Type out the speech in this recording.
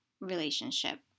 relationship